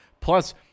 Plus